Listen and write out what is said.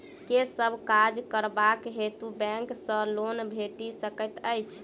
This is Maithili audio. केँ सब काज करबाक हेतु बैंक सँ लोन भेटि सकैत अछि?